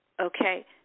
Okay